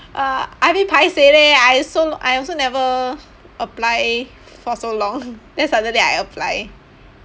uh I a bit pai seh leh I also I also never apply for so long then suddenly I apply